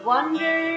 Wonder